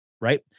right